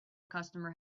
customer